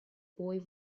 boy